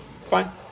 Fine